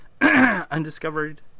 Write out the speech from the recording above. Undiscovered